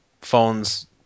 phones